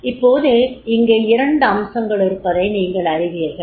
இப்போது இங்கே இரண்டு அம்சங்கள் இருப்பதை நீங்கள் அறிவீர்கள்